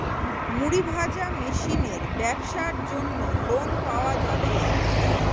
মুড়ি ভাজা মেশিনের ব্যাবসার জন্য লোন পাওয়া যাবে?